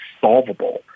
solvable